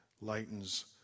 lightens